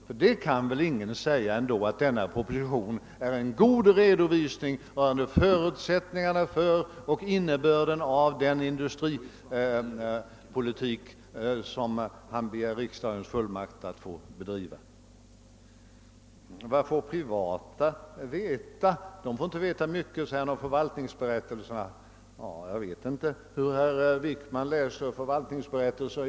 Ty ingen kan väl säga att denna proposition är en god redovisning rörande förutsättningarna för och innebörden av den industripolitik som han begär riksdagens fullmakt att bedriva. Vad får man veta om privata företag? Man får inte veta mycket med hjälp av förvaltningsberättelserna, säger herr Wickman. Jag vet inte hur herr Wickman läser förvaltningsberättelser.